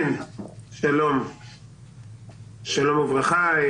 שלום וברכה.